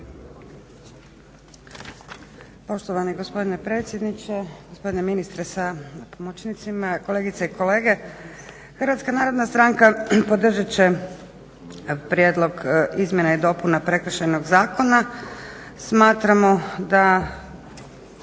kolegice i kolege. HNS podržat će Prijedlog izmjena i dopuna Prekršajnog zakona. Smatramo da